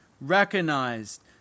recognized